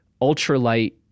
ultralight